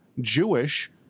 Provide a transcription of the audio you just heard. Jewish